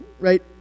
right